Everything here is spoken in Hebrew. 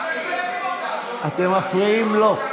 שהערבים נוהרים, אתם מפריעים לו.